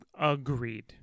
Agreed